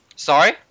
Sorry